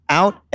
out